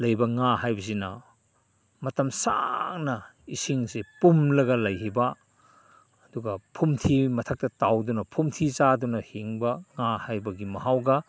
ꯂꯩꯕ ꯉꯥ ꯍꯥꯏꯕꯁꯤꯅ ꯃꯇꯝ ꯁꯥꯡꯅ ꯏꯁꯤꯡꯁꯤ ꯄꯨꯝꯂꯒ ꯂꯩꯈꯤꯕ ꯑꯗꯨꯒ ꯐꯨꯝꯗꯤ ꯃꯊꯛꯇ ꯇꯥꯎꯗꯨꯅ ꯐꯨꯝꯗꯤ ꯆꯥꯗꯨꯅ ꯍꯤꯡꯕ ꯉꯥ ꯍꯥꯏꯕꯒꯤ ꯃꯍꯥꯎꯒ